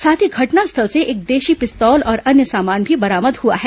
साथ ही घटनास्थल से एक देशी पिस्तौल और अन्य सामान भी बरामद हुआ है